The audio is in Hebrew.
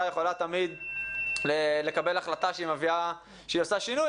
יכולה תמיד לקבל החלטה שהיא עושה שינוי,